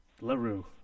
LaRue